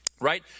right